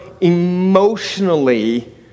emotionally